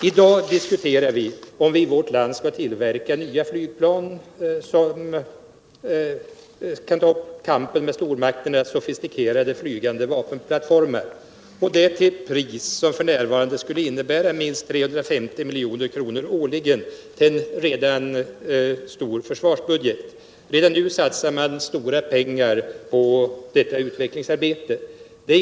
I dag diskuterar vi om vi i vårt land skall tillverka nya flygplan som kan ta upp kampen med stormakternas sotistikerade flygande vapenplattformar, och detta till ett pris som f. n. skulle innebära minst 350 milj.kr. årligen till en redan stor försvarsbudget. Redan nu satsas stora pengar på detta utvecklingsarbete.